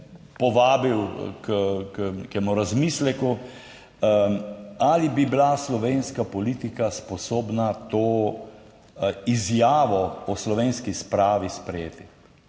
povabil k temu razmisleku, ali bi bila slovenska politika sposobna to izjavo o slovenski spravi sprejeti.